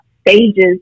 stages